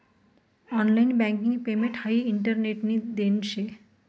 online banking payment हाई इंटरनेटनी देन शे